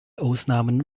ausnahmen